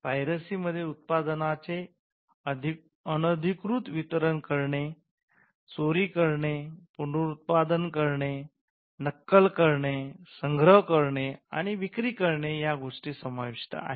piracy मध्ये उत्पादनाचे अनधिकृत वितरण करणे चोरी करणे पुनरुत्पादन करणे नक्कल करणे संग्रहण करणे आणि विक्री करणे या गोष्टी समाविष्ट आहेत